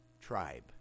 tribe